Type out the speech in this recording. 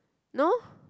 no